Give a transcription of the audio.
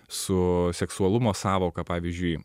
su seksualumo sąvoka pavyzdžiui